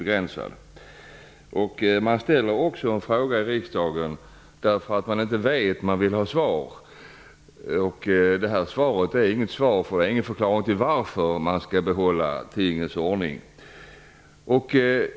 Anledningen till att man ställer en fråga i riksdagen är att man vill ha svar på något som man inte vet, men det nu lämnade beskedet är inget svar. Det ges ingen förklaring till att tingens nuvarande ordning skall behållas.